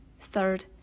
Third